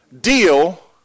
deal